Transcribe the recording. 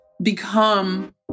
become